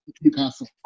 Newcastle